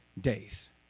days